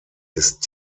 ist